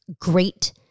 great